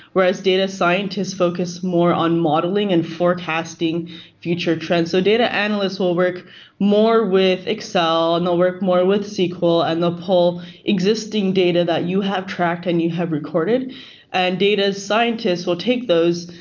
whereas data scientist focus more on modeling and forecasting future trends. so data analyst will work more with excel and they'll work more with sql, and they'll pull existing data that you have tracked and you have recorded and a data scientist will take those,